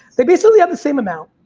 they basically have the same amount,